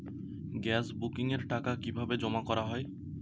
Gas বুকিংয়ের টাকা কিভাবে জমা করা হয়?